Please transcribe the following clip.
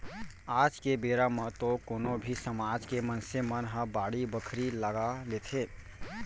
आज के बेरा म तो कोनो भी समाज के मनसे मन ह बाड़ी बखरी लगा लेथे